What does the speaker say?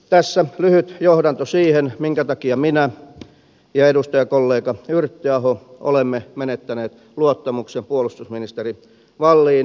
tässä lyhyt johdanto siihen minkä takia minä ja edustajakollega yrttiaho olemme menettäneet luottamuksen puolustusministeri walliniin